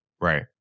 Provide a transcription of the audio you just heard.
Right